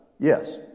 Yes